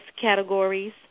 categories